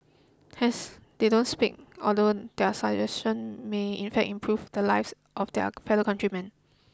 hence they don't speak although their suggestions may in fact improve the lives of their fellow countrymen